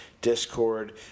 Discord